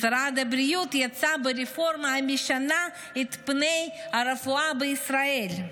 משרד הבריאות יצא ברפורמה המשנה את פני הרפואה בישראל".